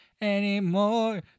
anymore